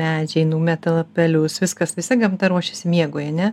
medžiai numeta lapelius viskas visa gamta ruošiasi miegui ane